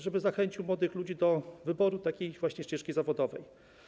Żeby zachęcić młodych ludzi do wyboru takiej właśnie ścieżki zawodowej.